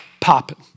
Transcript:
popping